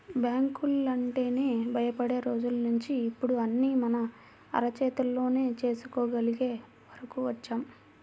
బ్యాంకులంటేనే భయపడే రోజుల్నించి ఇప్పుడు అన్నీ మన అరచేతిలోనే చేసుకోగలిగే వరకు వచ్చాం